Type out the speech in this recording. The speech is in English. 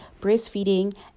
breastfeeding